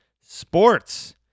sports